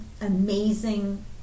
amazing